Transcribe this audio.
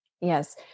Yes